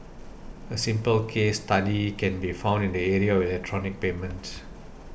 a simple case study can be found in the area of electronic payments